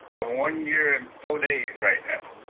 ah one year and four days right now.